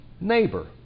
Neighbor